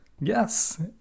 Yes